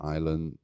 Island